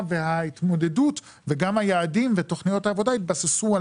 וההתמודדות וגם היעדים ותכניות העבודה יתבססו על